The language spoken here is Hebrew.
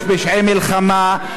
יש פשעי מלחמה,